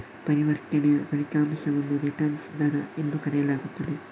ಪರಿವರ್ತನೆಯ ಫಲಿತಾಂಶವನ್ನು ರಿಟರ್ನ್ ದರ ಎಂದು ಕರೆಯಲಾಗುತ್ತದೆ